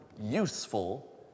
useful